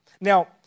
Now